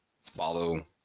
follow